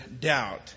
doubt